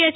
H